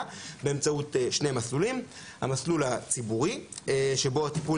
באמצעות שני מסלולים: המסלול הציבורי - שבו הטיפול